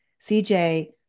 CJ